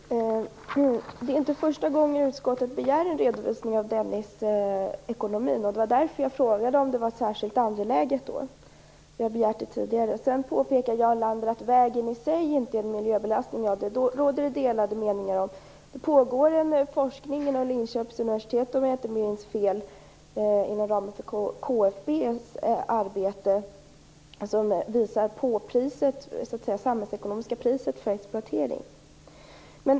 Herr talman! Det är inte första gången utskottet begär en redovisning av Dennisekonomin. Det var därför jag frågade om det var särskilt angeläget, eftersom vi har begärt det tidigare. Sedan påpekar Jarl Lander att vägen i sig inte är en miljöbelastning. Det råder det delade meningar om. Det pågår en forskning vid Linköpings universitet, om jag inte minns fel, inom ramen för KFB:s arbete, som visar på det samhällsekonomiska priset för exploatering.